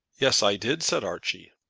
yes, i did, said archie.